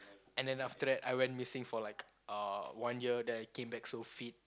and then after that I went missing for like uh one year then I came back so fit